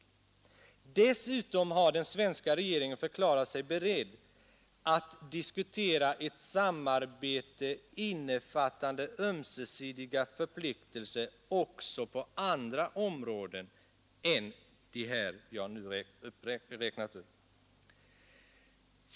Dessutom har den svenska regeringen förklarat sig beredd ”att diskutera ett samarbete innefattande ömsesidiga förpliktelser också på andra områden” än de här uppräknade.